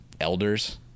elders